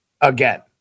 Again